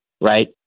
Right